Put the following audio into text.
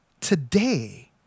today